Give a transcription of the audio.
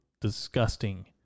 disgusting